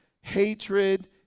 hatred